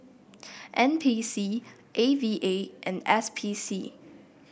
N P C A V A and S P C